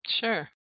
Sure